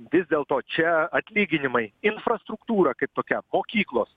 vis dėlto čia atlyginimai infrastruktūra kaip tokia mokyklos